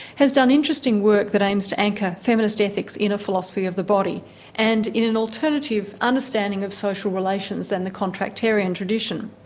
has done interesting work that aims to anchor feminist ethics in a philosophy of the body and in an alternative understanding of social relations and the contractarian tradition.